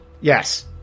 Yes